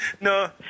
No